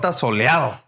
soleado